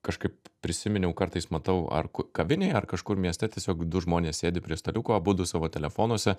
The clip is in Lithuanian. kažkaip prisiminiau kartais matau ar kur kavinėj ar kažkur mieste tiesiog du žmonės sėdi prie staliuko abudu savo telefonuose